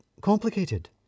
complicated